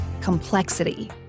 complexity